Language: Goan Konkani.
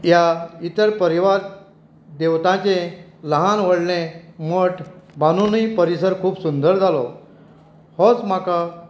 ह्या इतर परिवार देवतांचें लहान व्हडलें मट बांदूनय परिसर खूब सुंदर जालो होच म्हाका